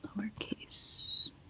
Lowercase